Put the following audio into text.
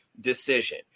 decision